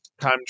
time